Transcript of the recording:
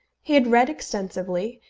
he had read extensively,